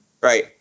right